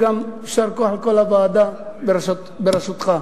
יישר כוח על כל הוועדה בראשותך.